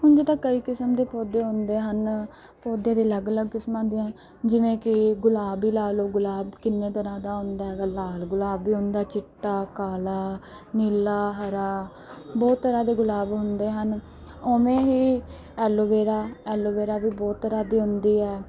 ਉਂਝ ਤਾਂ ਕਈ ਕਿਸਮ ਦੇ ਪੌਦੇ ਹੁੰਦੇ ਹਨ ਪੌਦੇ ਦੇ ਅਲੱਗ ਅਲੱਗ ਕਿਸਮਾਂ ਹੁੰਦੀਆਂ ਜਿਵੇਂ ਕਿ ਗੁਲਾਬ ਹੀ ਲਾ ਲਓ ਗੁਲਾਬ ਕਿੰਨੇ ਤਰ੍ਹਾਂ ਦਾ ਹੁੰਦਾ ਹੈਗਾ ਲਾਲ ਗੁਲਾਬ ਵੀ ਹੁੰਦਾ ਚਿੱਟਾ ਕਾਲਾ ਨੀਲਾ ਹਰਾ ਬਹੁਤ ਤਰ੍ਹਾਂ ਦੇ ਗੁਲਾਬ ਹੁੰਦੇ ਹਨ ਉਵੇਂ ਹੀ ਐਲੋਵੇਰਾ ਐਲੋਵੇਰਾ ਵੀ ਬਹੁਤ ਤਰ੍ਹਾਂ ਦੀ ਹੁੰਦੀ ਹੈ